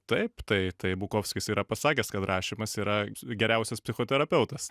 taip tai tai bukovskis yra pasakęs kad rašymas yra geriausias psichoterapeutas